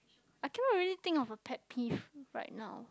I cannot really think of a pet peeve right now